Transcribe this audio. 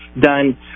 done